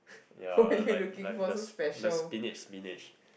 ya like the like the spinach spinach